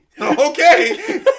Okay